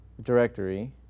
directory